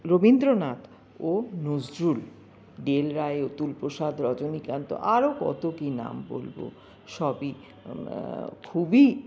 রবীন্দ্রনাথ ও Nazrul D L Roy Atulprasad Rajanikanta আরও কত কি নাম বলবো সবই খুবই